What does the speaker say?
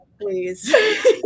please